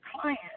client